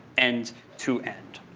end to end.